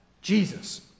Jesus